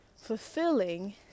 fulfilling